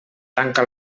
tanca